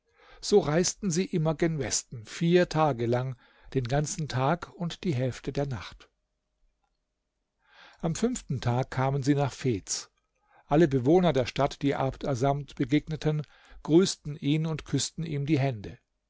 so reisten sie immer gen westen vier tage lang den ganzen tag und die hälfte der nacht am fünften tag kamen sie nach fez alle bewohner der stadt die abd assamd begegneten grüßten ihn und küßten ihm die hände